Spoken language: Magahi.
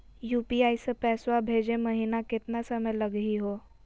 यू.पी.आई स पैसवा भेजै महिना केतना समय लगही हो?